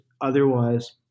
otherwise